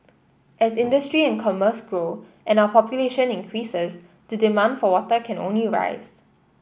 as industry and commerce grow and our population increases the demand for water can only rise